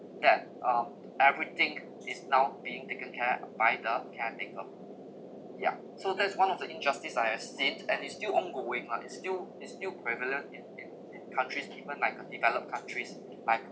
that um everything is now being taken care of by the caretaker ya so that is one of the injustice I have seen and is still ongoing lah is still is still prevalent in in in countries even like a developed countries like